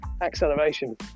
acceleration